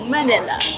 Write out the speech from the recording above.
Manila